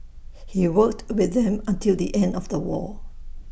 he worked with them until the end of the war